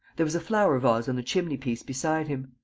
there was a flower-vase on the chimney-piece beside him.